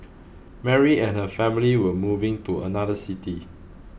Mary and her family were moving to another city